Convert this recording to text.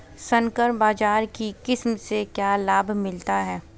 संकर बाजरा की किस्म से क्या लाभ मिलता है?